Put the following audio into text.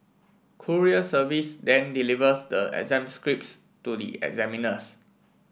courier service then delivers the exam scripts to the examiners